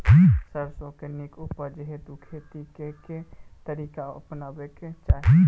सैरसो केँ नीक उपज हेतु खेती केँ केँ तरीका अपनेबाक चाहि?